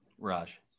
Raj